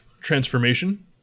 transformation